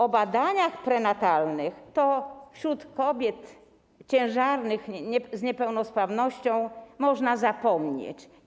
O badaniach prenatalnych wśród kobiet ciężarnych z niepełnosprawnością można zapomnieć.